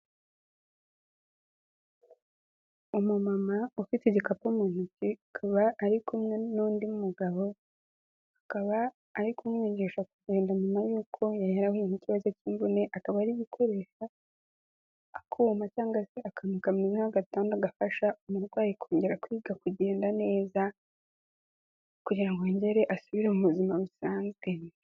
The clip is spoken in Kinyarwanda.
Umumama ufite igikapu mu ntoki akaba ari kumwe n'undi mugabo, akaba ari kumwigisha ku gahinda nyuma yuko yari yarahuyeni ikibazo cy'imvune, akaba ari gukoresha akuma cyangwa se akantu kameze nka agatanda gafasha umurwayi kongera kwiga kugenda neza kugira yongere asubire mu buzima busanzwe.